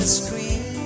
screen